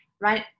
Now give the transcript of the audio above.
Right